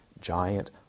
giant